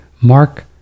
Mark